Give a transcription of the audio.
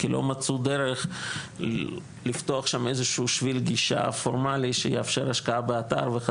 כי לא מצאו דרך לפתוח שם איזה שהוא שביל גישה פורמלי שיאפשר השקעה באתר.